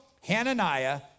Hananiah